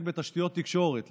תקרא.